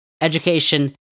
education